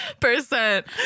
percent